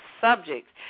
subjects